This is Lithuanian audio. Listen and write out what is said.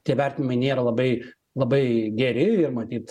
tie vertinimai nėra labai labai geri ir matyt